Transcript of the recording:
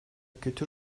kötü